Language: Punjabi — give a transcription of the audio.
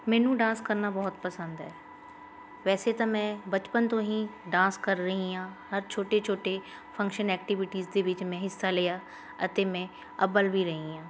ਮੈਨੂੰ ਡਾਂਸ ਕਰਨਾ ਬਹੁਤ ਪਸੰਦ ਹੈ ਵੈਸੇ ਤਾਂ ਮੈਂ ਬਚਪਨ ਤੋਂ ਹੀ ਡਾਂਸ ਕਰ ਰਹੀ ਹਾਂ ਹਰ ਛੋਟੇ ਛੋਟੇ ਫੰਕਸ਼ਨ ਐਕਟੀਵਿਟੀਜ਼ ਦੇ ਵਿੱਚ ਮੈਂ ਹਿੱਸਾ ਲਿਆ ਅਤੇ ਮੈਂ ਅੱਵਲ ਵੀ ਰਹੀ ਹਾਂ